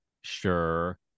Sure